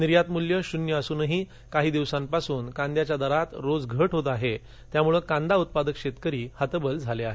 निर्यातमूल्य शून्य असूनही काही दिवसापासून कांद्याच्या दरात रोज घट होत आहे त्यामुळे कांदा उत्पादक शेतकरी हतबल झाले आहेत